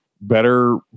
better